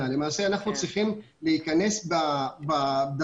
התכנית, גברתי, היא לא רק לקחת את התיקים